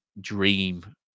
dream